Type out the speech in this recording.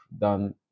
done